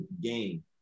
game